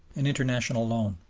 an international loan